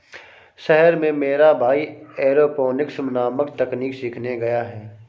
शहर में मेरा भाई एरोपोनिक्स नामक तकनीक सीखने गया है